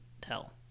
tell